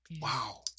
Wow